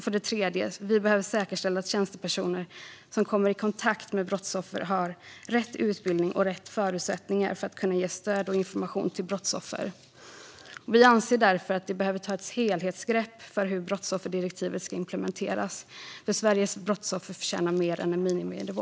För det tredje behöver det säkerställas att tjänstepersoner som kommer i kontakt med brottsoffer har rätt utbildning och rätt förutsättningar för att kunna ge stöd och information till brottsoffer. Vi anser därför att det behöver tas ett helhetsgrepp när det gäller hur brottsofferdirektivet ska implementeras. Sveriges brottsoffer förtjänar mer än en miniminivå.